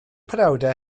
penawdau